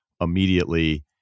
immediately